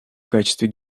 качестве